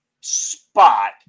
spot